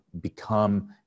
become